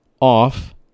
off